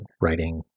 writing